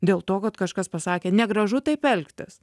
dėl to kad kažkas pasakė negražu taip elgtis